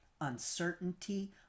uncertainty